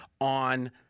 on